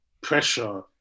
pressure